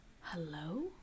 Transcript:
Hello